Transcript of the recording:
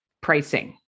pricing